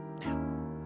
now